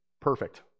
perfect